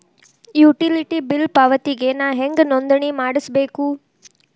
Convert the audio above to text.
Utility bill ಪಾವತಿಗೆ ನಾ ಹೆಂಗ್ ನೋಂದಣಿ ಮಾಡ್ಸಬೇಕು?